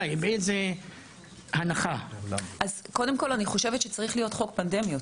אני חושבת שצריך להיות חוק פנדמיות.